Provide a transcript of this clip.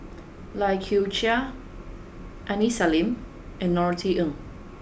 Lai Kew Chai Aini Salim and Norothy Ng